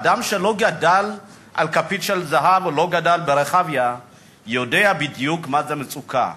אדם שלא גדל עם כפית של זהב או לא גדל ברחביה יודע בדיוק מה זו מצוקה,